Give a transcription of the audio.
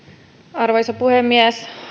arvoisa puhemies